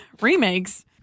Remakes